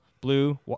Blue